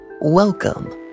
Welcome